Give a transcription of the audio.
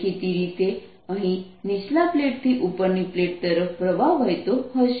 દેખીતી રીતે અહીં નીચલા પ્લેટથી ઉપરની પ્લેટ તરફ પ્રવાહ વહેતો હશે